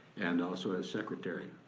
and also as secretary.